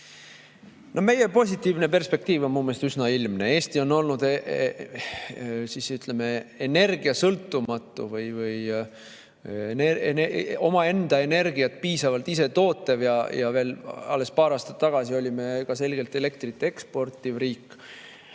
No meie positiivne perspektiiv on minu meelest üsna ilmne. Eesti on olnud, ütleme, energiasõltumatu või omaenda energiat piisavalt ise tootev ja veel alles paar aastat tagasi olime ka selgelt elektrit eksportiv riik.